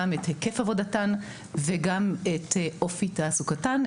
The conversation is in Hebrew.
גם את היקף עבודתן וגם את אופי תעסוקתן,